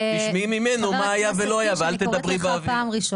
תשמעי ממנו מה היה ולא היה ואל תדברי באוויר.